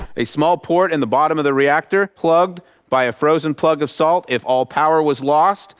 a small port in the bottom of the reactor, plugged by a frozen plug of salt. if all power was lost,